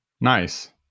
Nice